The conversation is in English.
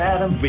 Adam